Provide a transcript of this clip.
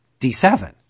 D7